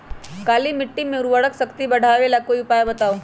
काली मिट्टी में उर्वरक शक्ति बढ़ावे ला कोई उपाय बताउ?